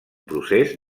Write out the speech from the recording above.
procés